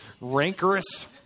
rancorous